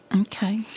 Okay